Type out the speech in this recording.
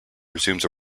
resumes